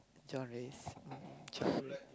genres